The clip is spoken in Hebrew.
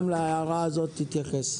גם להערה הזאת תתייחס.